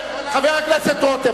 חבר הכנסת רותם,